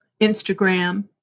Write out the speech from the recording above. Instagram